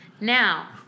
Now